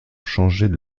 changeait